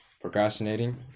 procrastinating